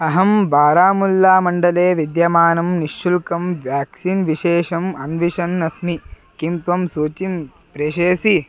अहं बारामुल्लामण्डले विद्यमानं निःशुल्कं व्याक्सीन् विशेषम् अन्विषन् अस्मि किं त्वं सूचीं प्रेषयसि